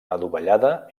adovellada